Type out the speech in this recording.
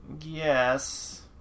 Yes